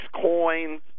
coins